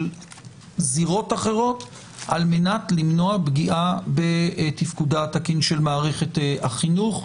זירות אחרות על מנת למנוע פגיעה בתפקודה התקין של מערכת החינוך.